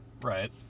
Right